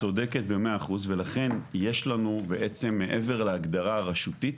את צודקת במאה אחוז ולכן יש לנו בעצם מעבר להגדרה הרשותית,